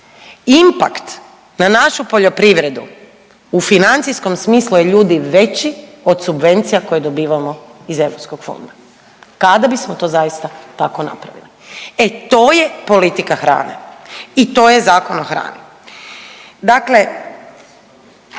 Impact na našu poljoprivredu u financijskom smislu je ljudi veći od subvencija koje dobivamo iz europskog fonda kada bismo to zaista tako napravili. E to je politika hrane i to je Zakon o hrani.